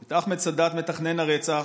את אחמד סעדאת, מתכנן הרצח.